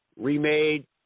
remade